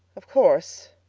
of course,